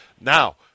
now